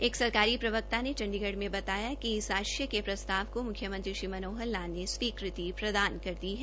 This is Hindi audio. एक प्रवक्ता ने चंडीगढ़ में बताया कि इस आश्य के प्रस्ताव को मुख्यमंत्री श्री मनोहर ला ने स्वीकृति प्रदान कर दी है